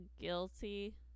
guilty